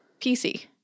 PC